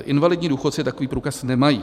Invalidní důchodci takový průkaz nemají.